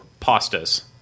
pastas